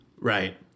Right